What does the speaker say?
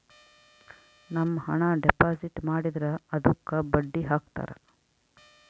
ನಮ್ ಹಣ ಡೆಪಾಸಿಟ್ ಮಾಡಿದ್ರ ಅದುಕ್ಕ ಬಡ್ಡಿ ಹಕ್ತರ